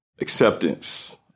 acceptance